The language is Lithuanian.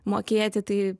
mokėti tai